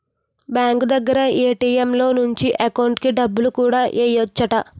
bank దగ్గర ATM లో నుంచి ఎకౌంటుకి డబ్బులు కూడా ఎయ్యెచ్చట